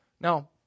Now